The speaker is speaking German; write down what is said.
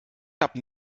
habe